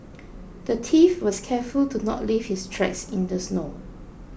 the thief was careful to not leave his tracks in the snow